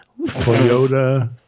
Toyota